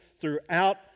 throughout